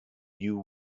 you